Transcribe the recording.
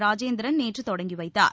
ராஜேந்திரன் நேற்று தொடங்கி வைத்தார்